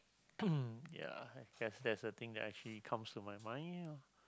ya I guess that's the thing that actually comes to my mind ah